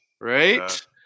right